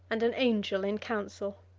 and an angel in council.